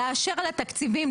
לאשר לה תקציבים,